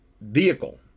vehicle